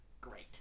great